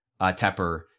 Tepper